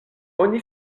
oni